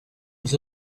was